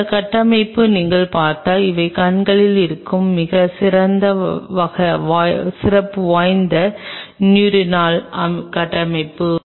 இந்த கட்டமைப்பை நீங்கள் பார்த்தால் இவை கண்களில் இருக்கும் மிகவும் சிறப்பு வாய்ந்த நீயூரோனல் கட்டமைப்புகள்